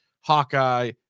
Hawkeye